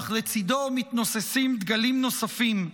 אך לצידו מתנוססים דגלים נוספים,